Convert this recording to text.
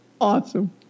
Awesome